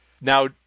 now